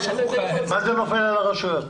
מה זה "נופל על הרשויות"?